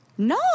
No